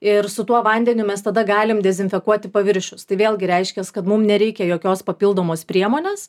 ir su tuo vandeniu mes tada galim dezinfekuoti paviršius tai vėlgi reiškias kad mum nereikia jokios papildomos priemonės